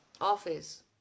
office